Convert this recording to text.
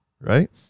right